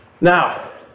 Now